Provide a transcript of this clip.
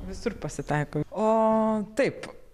visur pasitaiko o taip